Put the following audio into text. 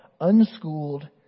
unschooled